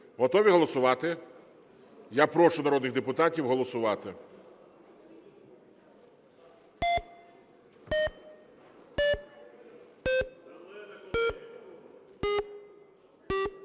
Готові голосувати? Я прошу народних депутатів голосувати.